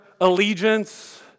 allegiance